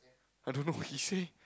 I don't know he say